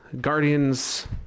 Guardians